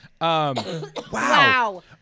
Wow